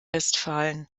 westfalen